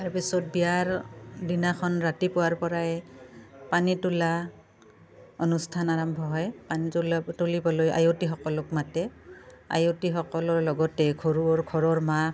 তাৰপিছত বিয়াৰ দিনাখন ৰাতিপুৱাৰ পৰাই পানী তোলা অনুষ্ঠান আৰম্ভ হয় পানী তোলা তুলিবলৈ আয়তীসকলক মাতে আয়তীসকলৰ লগতে ঘৰুৰ ঘৰৰ মাক